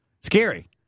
Scary